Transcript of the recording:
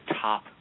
top